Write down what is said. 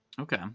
okay